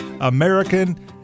American